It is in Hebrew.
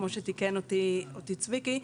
כמו שתיקן אותי צביקי,